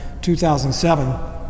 2007